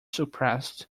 suppressed